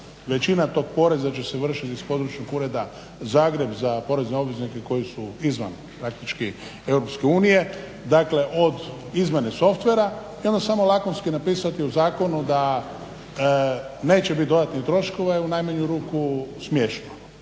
većina tog poreza će se vršiti iz Područnog ureda Zagreb za porezne obveznike koji su izvan praktički EU, dakle od izmjene softvera, i onda samo lakonski napisati u zakonu da neće biti dodatnih troškova je u najmanju ruku smiješno.